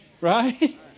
Right